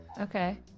Okay